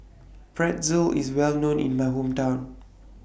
Pretzel IS Well known in My Hometown